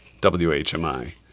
WHMI